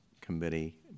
Committee